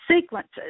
sequences